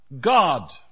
God